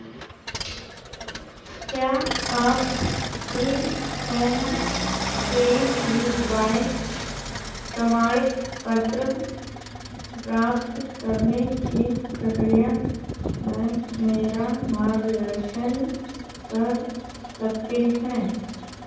क्या आप P M K V Y प्रमाण पत्र प्राप्त करने की प्रक्रिया में मेरा मार्गदर्शन कर सकते हैं